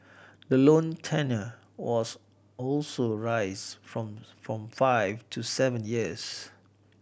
the loan tenure was also raised from from five to seven years